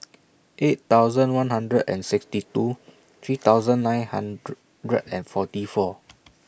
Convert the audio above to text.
eight thousand one hundred and sixty two three thousand nine hundred and forty four